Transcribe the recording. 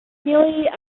nearly